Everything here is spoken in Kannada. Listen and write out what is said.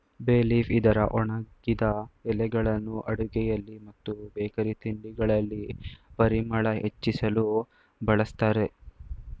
ಬೇ ಲೀಫ್ ಇದರ ಒಣಗಿದ ಎಲೆಗಳನ್ನು ಅಡುಗೆಯಲ್ಲಿ ಮತ್ತು ಬೇಕರಿ ತಿಂಡಿಗಳಲ್ಲಿ ಪರಿಮಳ ಹೆಚ್ಚಿಸಲು ಬಳ್ಸತ್ತರೆ